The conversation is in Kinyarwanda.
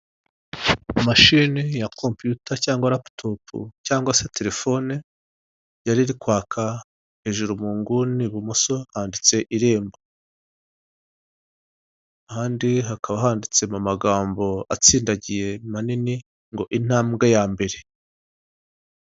Mashini ya kopiyuta cyangwa raputopu cyangwa se terefone yariri kwaka hejuru mu nguni ibumoso handitse irembo. Ahandi hakaba handitse mu magambo atsindagiye manini, ngo intambwe ya mbere.